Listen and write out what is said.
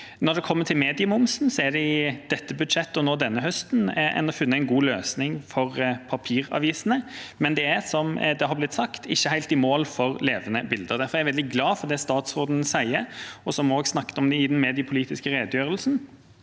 Når det kommer til mediemomsen, har en i dette budsjettet, denne høsten, funnet en god løsning for papiravisene, men som det har blitt sagt, er det ikke helt i mål for levende bilder. Derfor er jeg veldig glad for det statsråden sier, og som hun også snakket om i den mediepolitiske redegjørelsen,